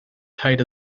tight